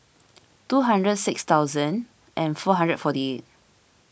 two hundred six thousand and four hundred forty eight